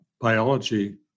biology